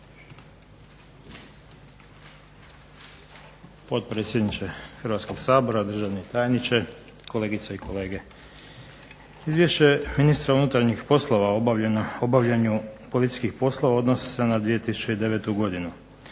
Potpredsjedniče Hrvatskog sabora, državni tajniče, kolegice i kolege. Izvješće ministra unutarnjih poslova o obavljanju policijskih poslova odnosi se na 2009. godinu.